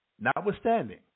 notwithstanding